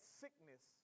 sickness